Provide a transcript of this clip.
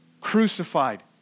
crucified